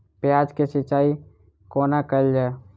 प्याज केँ सिचाई कोना कैल जाए?